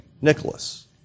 Nicholas